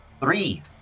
Three